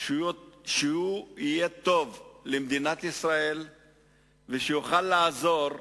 שהוא יהיה טוב למדינת ישראל ויוכל לעזור למסכנים,